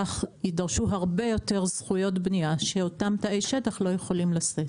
כך יידרשו הרבה יותר זכויות בנייה שאותם תאי שטח לא יכולים לשאת.